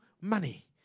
money